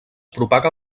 propaga